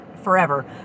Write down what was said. forever